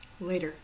Later